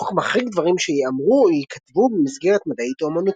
החוק מחריג דברים שייאמרו או ייכתבו במסגרת מדעית או אמנותית.